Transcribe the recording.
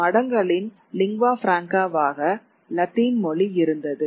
மடங்களின் லிங்வா பிராங்காவாக லத்தீன் மொழி இருந்தது